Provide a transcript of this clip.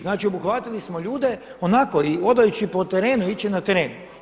Znači, obuhvatili smo ljude onako hodajući po terenu, ići će na teren.